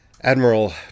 Admiral